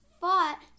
fought